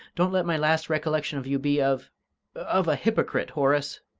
don't let my last recollection of you be of of a hypocrite, horace!